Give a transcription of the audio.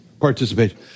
participation